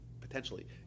potentially